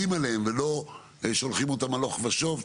עליהם ולא ששולחים אותם הלוך ושוב,